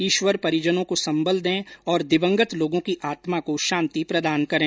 ईश्वर परिजनों को सम्बल दें और दिवंगत लोगों की आत्मा को शांति प्रदान करें